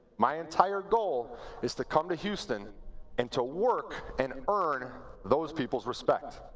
my entire goal is to come to houston and to work and earn those people's respect.